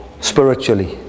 spiritually